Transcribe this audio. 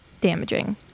damaging